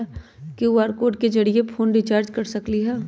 QR code के जरिय phone recharge कर सकली ह?